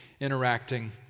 interacting